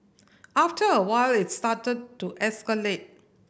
after a while it started to escalate